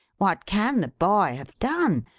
what can the boy have done?